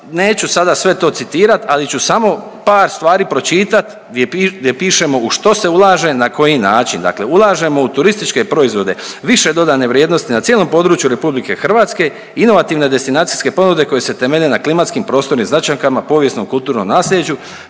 neću sada sve to citirat ali ću samo par stvari pročitat gdje pišemo u što se ulaže na koji način. Dakle ulažemo u turističke proizvode, više dodane vrijednosti na cijelom području RH inovativne destinacijske ponude koje se temelje na klimatskim prostornim značajkama, povijesno kulturnom naslijeđu,